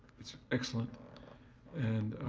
is excellent and,